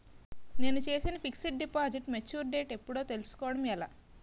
నేను చేసిన fixed deposit mature date ఎప్పుడో తెల్సుకోవడం ఎలా?